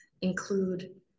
include